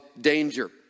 danger